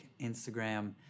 Instagram